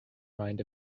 mind